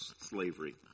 slavery